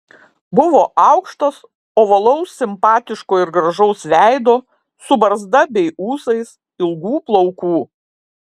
buvo aukštas ovalaus simpatiško ir gražaus veido su barzda bei ūsais ilgų plaukų